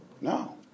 No